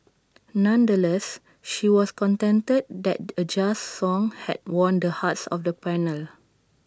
nonetheless she was contented that A jazz song had won the hearts of the panel